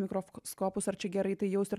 mikrofskopus ar čia gerai tai jausti